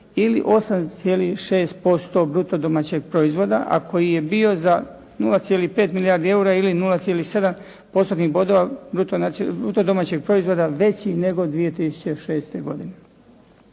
ili 8,6% bruto domaćeg proizvoda, a koji je bio za 0,5 milijardi eura ili 0,7%-tnih bodova bruto domaćeg proizvoda veći nego 2006. godine.